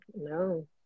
no